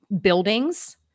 buildings